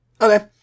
Okay